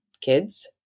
kids